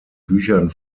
büchern